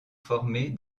former